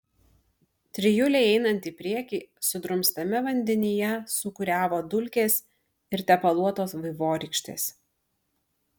trijulei einant į priekį sudrumstame vandenyje sūkuriavo dulkės ir tepaluotos vaivorykštės